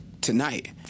tonight